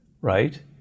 right